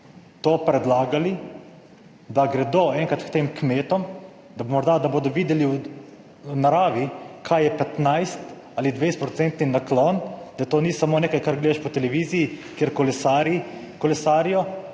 to predlagali, da gredo enkrat k tem kmetom, da morda, da bodo videli v naravi kaj je 15 ali 20 % naklon, da to ni samo nekaj kar gledaš po televiziji, kjer kolesarji